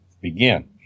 begin